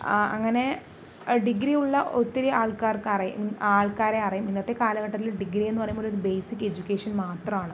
ആ അങ്ങനെ ഡിഗ്രി ഉള്ള ഒത്തിരി ആൾക്കാർക്ക് അറിയാം ആൾക്കാരെ അറിയാം ഇന്നത്തെ കാലഘട്ടത്തിൽ ഡിഗ്രി എന്നു പറയുമ്പോൾ ഒരു ബേസിക് എജുക്കേഷൻ മാത്രമാണ്